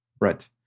Right